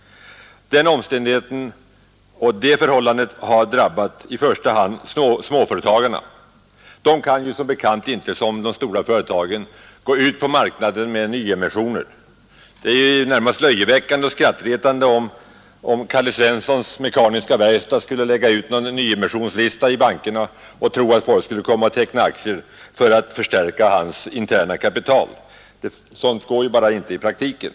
Detta har drabbat i första hand småföretagarna. De kan som bekant inte som de stora företagen gå ut på marknaden med nyemissioner. Det vore närmast löjeväckande och skrattretande, om Kalle Svenssons mekaniska verkstad skulle lägga ut någon nyemissionslista i bankerna och tro att folk skulle komma att teckna aktier för att förstärka företagets interna kapital. Sådant går ju inte bara i praktiken.